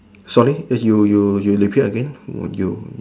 sorry you repeat again